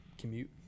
commute